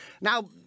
Now